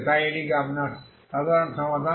তাই এটি আপনার সাধারণ সমাধান